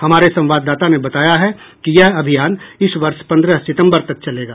हमारे संवाददाता ने बताया है कि यह अभियान इस वर्ष पंद्रह सितम्बर तक चलेगा